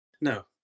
No